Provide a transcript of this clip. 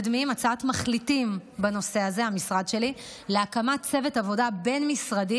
מקדמים הצעת מחליטים בנושא הזה להקמת צוות עבודה בין-משרדי